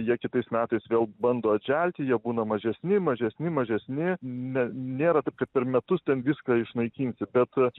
jie kitais metais vėl bando atželti jie būna mažesni mažesni mažesni ne nėra taip kad per metus ten viską išnaikinsi bet